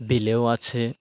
বিলেও আছে